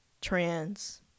trans